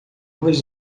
luvas